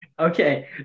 Okay